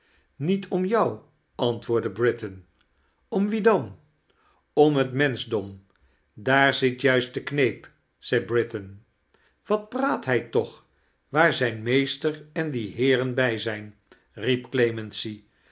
niet om jou antwoordde britain orh wien dan om het mtensehdom daar zit juist de kneep zei britain wat praat hij toch waar zijn meester en die heeren bij zijn riep clemency